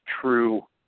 true